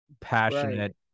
passionate